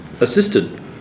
assisted